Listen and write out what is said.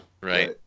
Right